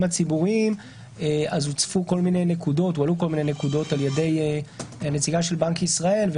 הציבוריים הועלו כל מיני נקודות על ידי הנציגה של בנק ישראל.